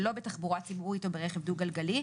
שלא בתחבורה ציבורית או ברכב דו גלגלי,